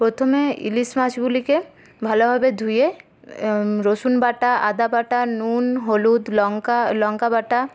প্রথমে ইলিশ মাছগুলিকে ভালোভাবে ধুয়ে রসুনবাটা আদাবাটা নুন হলুদ লঙ্কা লঙ্কাবাটা